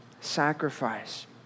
sacrifice